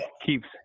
keeps